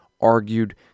argued